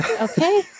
okay